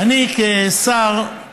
כשר,